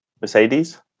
Mercedes